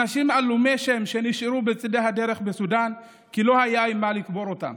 אנשים עלומי שם שנשארו בצידי הדרך בסודאן כי לא היה עם מה לקבור אותם,